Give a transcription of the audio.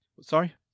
sorry